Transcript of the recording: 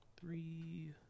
Three